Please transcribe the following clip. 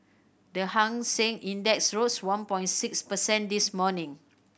the Hang Seng Index rose one point six percent this morning